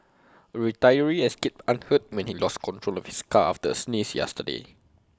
A retiree escaped unhurt when he lost control of his car after A sneeze yesterday